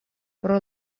pro